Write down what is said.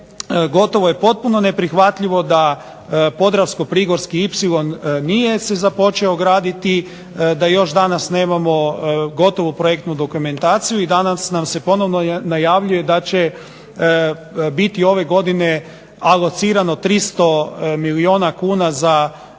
Potpuno je neprihvatljivo da Podravsko Prigorski Ipsilon nije se započeo graditi, da danas gotovo nemamo gotovu projektnu dokumentaciju i danas nam se ponovno najavljuje da će biti ove godine alocirano 300 milijuna kuna za taj